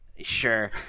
sure